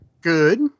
good